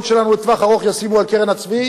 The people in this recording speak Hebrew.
שלנו לטווח ארוך ישימו על קרן הצבי,